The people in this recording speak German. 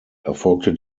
erfolgte